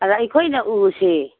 ꯑꯗ ꯑꯩꯈꯣꯏꯅ ꯎꯁꯦ